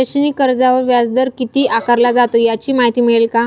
शैक्षणिक कर्जावर व्याजदर किती आकारला जातो? याची माहिती मिळेल का?